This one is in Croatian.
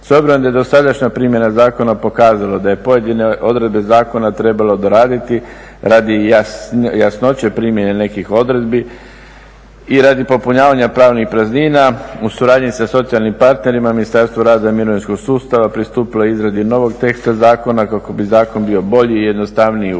da je dosadašnja primjena zakona pokazala da je pojedine odredbe zakona trebalo doraditi radi jasnoće primjene nekih odredbi i radi popunjavanja pravilnih praznina u suradnji sa socijalnim partnerima, Ministarstvo rada i mirovinskog sustava pristupilo je izradi novog teksta zakona kako bi zakon bio bolji i jednostavniji u primjeni,